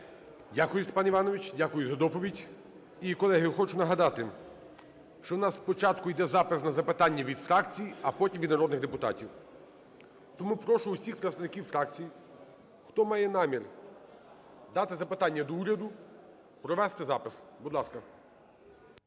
Дякую, Степан Іванович. Дякую за доповідь. І, колеги, хочу нагадати, що в нас спочатку іде запис на запитання від фракцій, а потім – від народних депутатів. Тому прошу всіх представників фракцій, хто має намір дати запитання до уряду, провести запис. Будь ласка.